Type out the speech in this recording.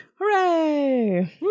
Hooray